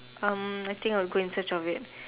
um I think I will go in search of it